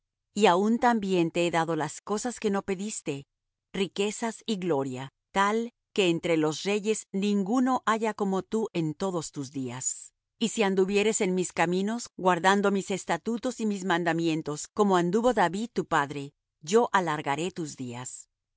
y aun también te he dado las cosas que no pediste riquezas y gloria tal que entre los reyes ninguno haya como tú en todos tus días y si anduvieres en mis caminos guardando mis estatutos y mis mandamientos como anduvo david tu padre yo alargaré tus días y